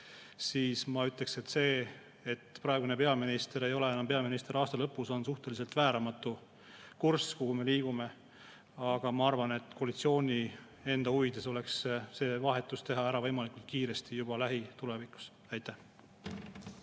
siis ma ütleks, et see, et praegune peaminister ei ole enam aasta lõpus peaminister, on suhteliselt vääramatu kurss, sinnapoole me liigume. Aga ma arvan, et koalitsiooni enda huvides oleks see vahetus teha ära võimalikult kiiresti, juba lähitulevikus. Aitäh!